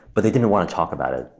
but they didn't want to talk about it.